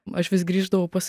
aš vis grįždavau pas